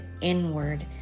inward